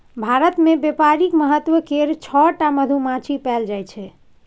भारत मे बेपारिक महत्व केर छअ टा मधुमाछी पएल जाइ छै